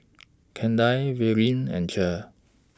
Kandi Verlin and Cher